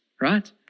right